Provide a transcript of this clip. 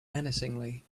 menacingly